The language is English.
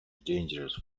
dangerous